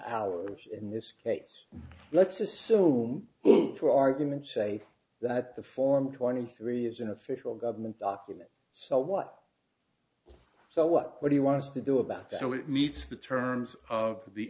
and ours in this case let's assume for argument's sake that the form twenty three is an official government document so what so what what he wants to do about that so it meets the terms of the